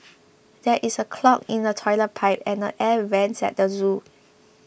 there is a clog in the Toilet Pipe and the Air Vents at the zoo